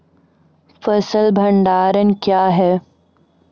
फसल भंडारण क्या हैं?